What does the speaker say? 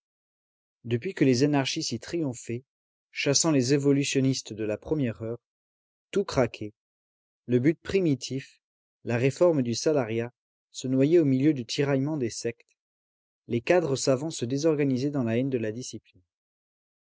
depuis que les anarchistes y triomphaient chassant les évolutionnistes de la première heure tout craquait le but primitif la réforme du salariat se noyait au milieu du tiraillement des sectes les cadres savants se désorganisaient dans la haine de la discipline